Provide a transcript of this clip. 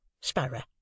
Sparrow